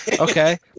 Okay